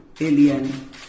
alien